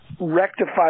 rectify